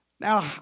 Now